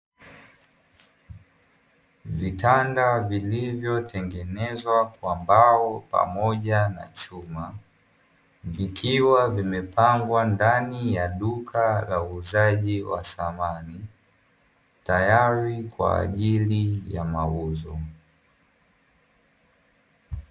Vitanda vilivyo tengenezwa kwa mbao pamoja na chuma, vikiwa vimepangwa ndani ya duka la uuzaji wa thamani tayari kwaajili ya mauzo.